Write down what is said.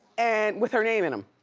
and with her name in em.